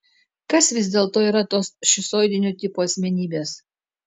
kas vis dėlto yra tos šizoidinio tipo asmenybės